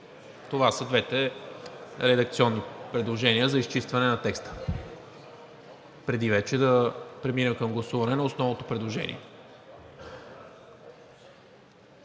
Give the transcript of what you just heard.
Това са двете редакционни предложения за изчистване на текста, преди да преминем към гласуване на основното предложение.